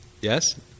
Yes